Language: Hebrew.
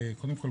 קודם כל,